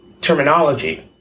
terminology